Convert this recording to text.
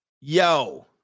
Yo